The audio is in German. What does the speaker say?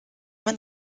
man